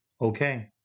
Okay